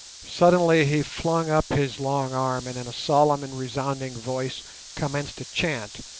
suddenly he flung up his long arm, and in a solemn and resounding voice commenced a chant,